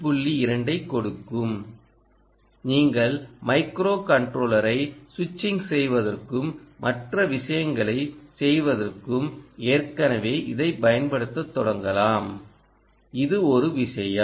2 ஐக் கொடுக்கும் நீங்கள் மைக்ரோ கன்ட்ரோலரை சுவிட்சிங் செய்வதற்கும் மற்ற விஷயங்களைச் செய்வதற்கும் ஏற்கனவே இதைப் பயன்படுத்தத் தொடங்கலாம் இது ஒரு விஷயம்